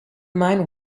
mind